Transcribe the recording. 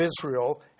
Israel